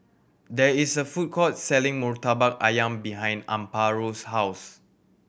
there is a food court selling Murtabak Ayam behind Amparo's house